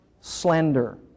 Slander